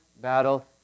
battle